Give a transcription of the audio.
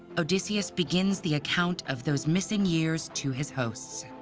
odysseus begins the account of those missing years to his hosts.